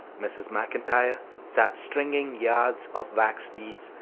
mrs. maclntyre sat stringing yards of wax beads,